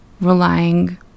relying